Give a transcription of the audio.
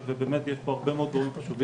ובאמת יש פה הרבה מאוד דברים חשובים